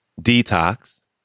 Detox